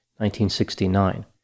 1969